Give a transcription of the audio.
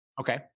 Okay